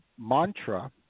Mantra